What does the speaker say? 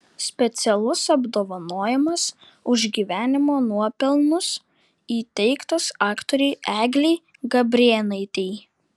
specialus apdovanojimas už gyvenimo nuopelnus įteiktas aktorei eglei gabrėnaitei